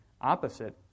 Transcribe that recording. opposite